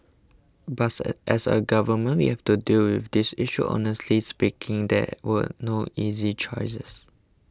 as a government we have to deal with this issue honestly speaking there were no easy choices